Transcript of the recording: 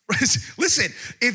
Listen